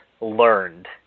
learned